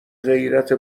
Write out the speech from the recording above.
غیرت